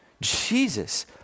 Jesus